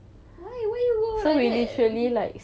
why why why you like that